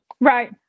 Right